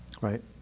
right